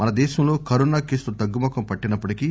మన దేశంలో కరోనా కేసులు తగ్గుముఖం పట్టినప్పటికీ